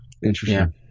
Interesting